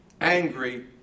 angry